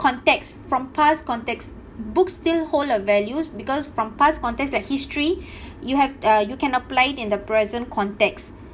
context from past context books still hold a values because from past context like history you have uh you can apply it in the present context